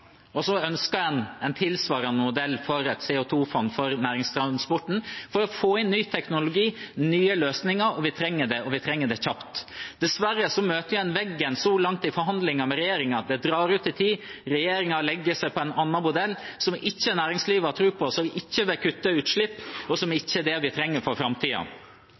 og så ønsker man en tilsvarende modell for et CO 2 -fond for næringstransporten for å få inn ny teknologi, nye løsninger. Vi trenger det, og vi trenger det kjapt. Dessverre møter vi veggen så langt i forhandlinger med regjeringen. Det drar ut i tid, regjeringen legger seg på en annen modell, som ikke næringslivet har tro på, som ikke vil kutte utslipp, og som ikke er det vi trenger for